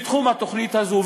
מתחום התוכנית הזאת.